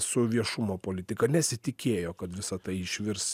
su viešumo politika nesitikėjo kad visa tai išvirs